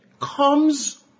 comes